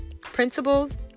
principles